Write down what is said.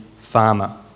farmer